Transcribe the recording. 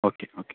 okay okay